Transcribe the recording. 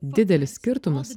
didelis skirtumas